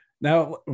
Now